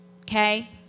Okay